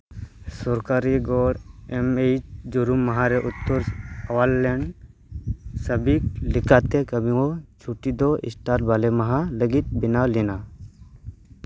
ᱥᱚᱨᱠᱟᱨᱤ ᱜᱚᱲ ᱮᱢ ᱮᱭᱤᱪ ᱡᱟᱹᱨᱩᱢ ᱢᱟᱦᱟᱨᱮ ᱩᱛᱛᱚᱨ ᱳᱭᱟᱨᱞᱮᱱᱰ ᱥᱟᱵᱤᱠ ᱞᱮᱠᱟᱛᱮ ᱠᱟᱹᱢᱤ ᱵᱚ ᱪᱷᱩᱴᱤ ᱫᱚ ᱮᱥᱴᱟᱨ ᱵᱟᱞᱮ ᱢᱟᱦᱟ ᱞᱟᱹᱜᱤᱫ ᱵᱮᱱᱟᱣ ᱞᱮᱱᱟ